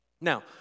Now